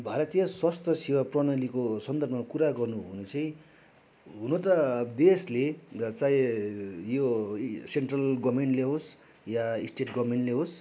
भारतीय स्वास्थ्य सेवा प्रणालीको सन्दर्भमा कुरा गर्नु हो भने चाहिँ हुन त देशले गर्दा चाहिँ यो सेन्ट्रल गभर्मेन्टले होस् या स्टेट गभर्मेन्टले होस्